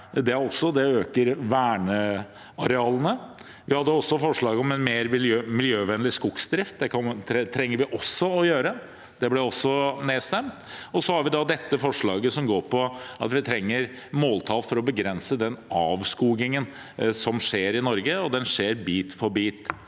reduk- 2024 sjon av avskoging i Norge om en mer miljøvennlig skogsdrift. Det trenger vi også å gjøre. Det ble også nedstemt. Så har vi da dette forslaget som går på at vi trenger måltall for å begrense den avskogingen som skjer i Norge, og som skjer bit for bit.